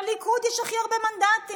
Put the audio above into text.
לליכוד יש הכי הרבה מנדטים.